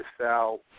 sell